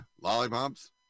Lollipops